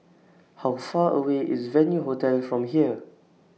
How Far away IS Venue Hotel from here